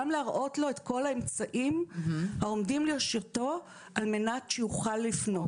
גם להראות לו את כל האמצעים העומדים לרשותו על מנת שיוכל לפנות.